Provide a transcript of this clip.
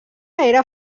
era